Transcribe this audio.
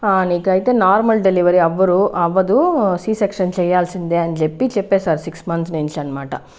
నీకైతే normal delivery అవ్వరు అవ్వదు సి సెక్షన్ చేయాల్సిందే అని చెప్పి చెప్పేశారు సిక్స్ మంత్స్ నుంచి అన్నమాట